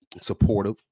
supportive